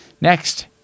Next